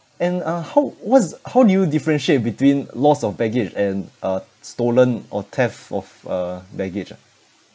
and uh how what's how do you differentiate between loss of baggage and uh stolen or theft of uh baggage ah